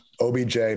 OBJ